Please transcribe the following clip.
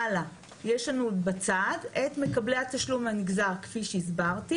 יש לנו בצד את מקבלי התשלום הנגזר כפי שהסברתי.